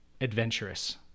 adventurous